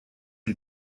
lui